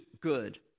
good